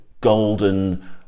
golden